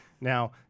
Now